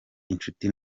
inshuti